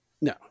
No